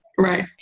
Right